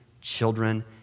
children